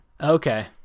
okay